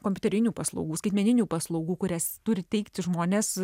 kompiuterinių paslaugų skaitmeninių paslaugų kurias turi teikti žmonės